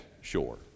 sure